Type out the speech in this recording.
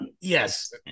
yes